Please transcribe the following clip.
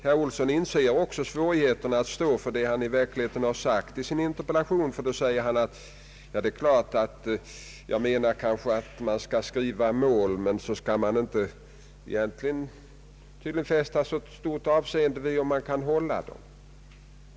Herr Olsson inser också svårigheten att stå för vad han har sagt i sin interpellation. Han säger nu att man skall ange målet men egentligen inte fästa så stort avseende vid om man kan uppnå det.